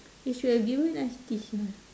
they should given us this you know